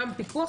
גם בפיקוח,